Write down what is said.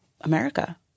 America